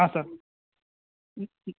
ಹಾಂ ಸರ್